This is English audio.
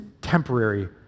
temporary